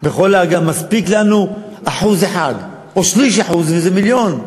מספיק לנו 1% או 0.3%, וזה מיליון,